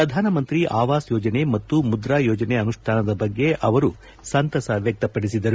ಪ್ರಧಾನ ಮಂತ್ರಿ ಆವಾಸ್ ಯೋಜನೆ ಮತ್ತು ಮುದ್ರಾ ಯೋಜನೆ ಅನುಷ್ಠಾನದ ಬಗ್ಗೆ ಅವರು ಸಂತಸ ವ್ಯಕ್ತಪಡಿಸಿದರು